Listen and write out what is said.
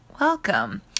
welcome